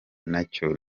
nacyo